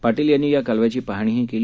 पाटील यांनी या कालव्याची पाहणीही केली